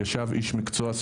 ישב איש מקצוע,